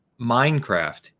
Minecraft